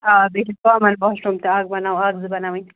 آ بیٚیہِ چھِ کامَن واش روٗم تہِ اَکھ بَناو اَکھ زٕ بَناوٕنۍ